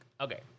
Okay